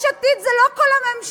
יש עתיד זה לא כל הממשלה.